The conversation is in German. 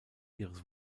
ihres